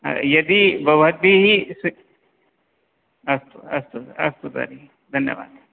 यदि भवद्भिः अस्तु अस्तु अस्तु तर्हि धन्यवादः